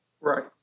Right